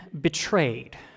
betrayed